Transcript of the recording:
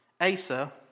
Asa